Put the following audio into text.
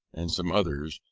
and some others,